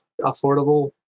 affordable